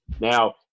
Now